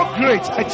great